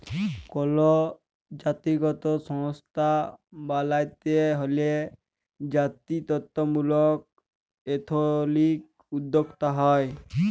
call জাতিগত সংস্থা ব্যইলতে হ্যলে জাতিত্ত্বমূলক এথলিক উদ্যোক্তা হ্যয়